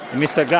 mr. yeah